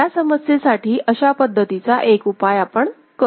या समस्येसाठी अशा पद्धतीचा एक उपाय आपण करू शकतो